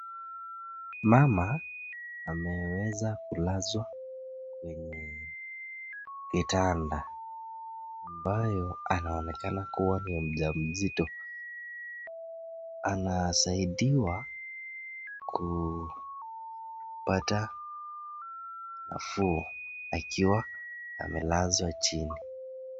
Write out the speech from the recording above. Mama ameweza kulazwa kwenye kitanda ambayo anaonekana kuwa ni mjamzito anasaidiwa kupata nafuu akiwa amelazwa chini.